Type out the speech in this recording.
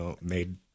made